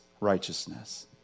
righteousness